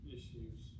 Issues